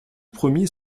premiers